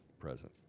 present